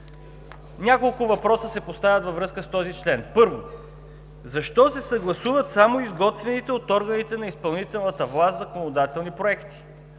Няколко въпроса се поставят във връзка с този член. Първо, защо се съгласуват само изготвените от органите на изпълнителната власт законодателни проекти?